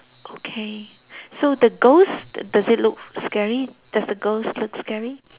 okay so the ghost does it look scary does the ghost look scary